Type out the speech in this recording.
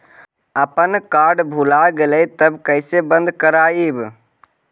अपन कार्ड भुला गेलय तब कैसे बन्द कराइब?